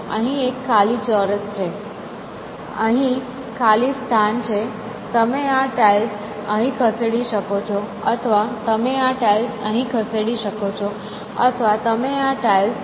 અહીં એક ખાલી ચોરસ છે અહીં ખાલી સ્થાન છે તમે આ ટાઇલ અહીં ખસેડી શકો છો અથવા તમે આ ટાઇલ અહીં ખસેડી શકો છો અથવા તમે આ ટાઇલ અહીં ખસેડી શકો છો